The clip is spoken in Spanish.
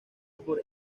por